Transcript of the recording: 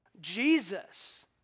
Jesus